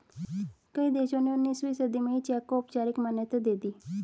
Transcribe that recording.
कई देशों ने उन्नीसवीं सदी में ही चेक को औपचारिक मान्यता दे दी